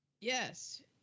Yes